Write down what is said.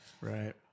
Right